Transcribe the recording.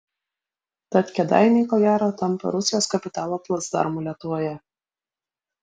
tad kėdainiai ko gero tampa rusijos kapitalo placdarmu lietuvoje